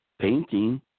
painting